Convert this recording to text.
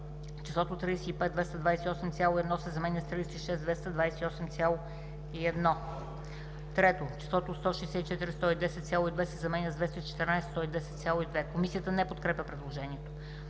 числото „35 228,1“ се заменя с „36 228,1“. 3. числото „164 110,2“ се заменя с „214 110,2“.“ Комисията не подкрепя предложението.